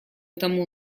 тому